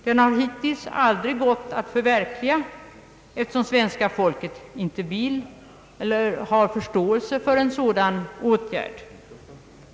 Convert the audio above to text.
Den har hittills aldrig gått att förverkliga, eftersom det svenska folket inte har förståelse för en sådan åtgärd.